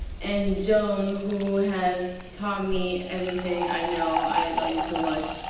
and joan who has taught me everything i know. i love you so much.